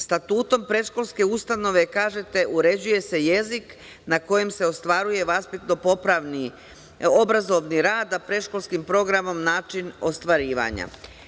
Statutom predškolske ustanove, kažete, uređuje se jezik na kojem se ostvaruje vaspitno-obrazovni rad, a predškolskim programom način ostvarivanja.